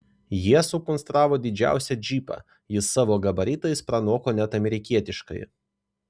jie sukonstravo didžiausią džipą jis savo gabaritais pranoko net amerikietiškąjį